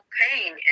pain